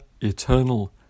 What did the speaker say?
eternal